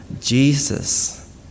Jesus